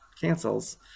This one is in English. cancels